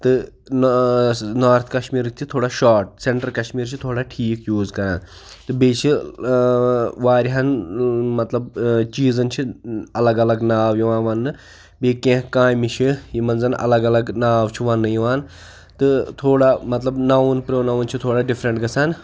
تہٕ نارٕتھ کَشمیٖرٕکۍ چھِ تھوڑا شاٹ سیٚنٹرٛل کَشمیٖر چھِ تھوڑا ٹھیٖک یوٗز کَران تہٕ بیٚیہِ چھِ ٲں واریاہَن مطلب ٲں چیٖزَن چھِ الگ الگ ناو یِوان وَننہٕ بیٚیہِ کیٚنٛہہ کامہِ چھِ یِمَن زَن الگ الگ ناو چھُ وَننہٕ یِوان تہٕ تھوڑا مطلب نَوُن پرٛونَوُن چھِ تھوڑا ڈِفریٚنٛٹ گژھان